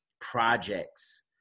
projects